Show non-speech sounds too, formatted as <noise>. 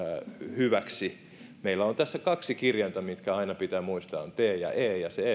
hyväksi meillä on tässä kaksi kirjainta mitkä aina pitää muistaa on t ja e ja se <unintelligible>